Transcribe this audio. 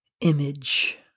image